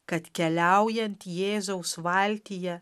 kad keliaujant jėzaus valtyje